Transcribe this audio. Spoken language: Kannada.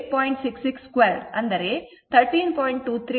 66 2 13